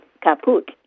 kaput